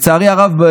לצערי הרב,